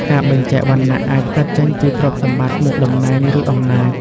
ការបែងចែកវណ្ណៈអាចកើតចេញពីទ្រព្យសម្បត្តិ មុខតំណែង ឬអំណាច។